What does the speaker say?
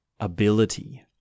ability